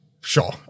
sure